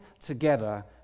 together